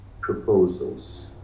proposals